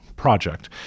project